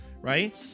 right